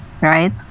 right